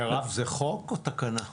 אגב, זה חוק או תקנה?